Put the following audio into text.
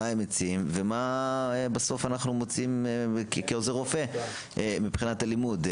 מה מציעים ומה אנחנו מוציאים כעוזר רופא מהלימודים.